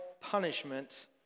Punishment